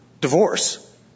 divorce